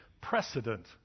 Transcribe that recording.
precedent